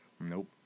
Nope